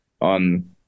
on